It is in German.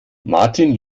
martin